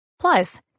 Plus